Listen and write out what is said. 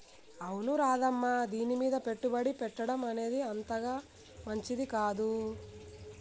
అవును రాధమ్మ దీనిమీద పెట్టుబడి పెట్టడం అనేది అంతగా మంచిది కాదు